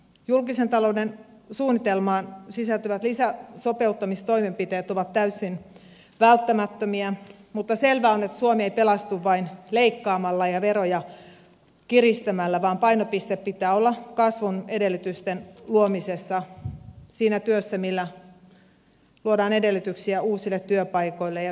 julkisen talouden suunnitelmaan sisältyvät lisäsopeuttamistoimenpiteet ovat täysin välttämättömiä mutta selvää on että suomi ei pelastu vain leikkaamalla ja veroja kiristämällä vaan painopisteen pitää olla kasvun edellytysten luomisessa siinä työssä millä luodaan edellytyksiä uusille työpaikoille ja yrittäjyydelle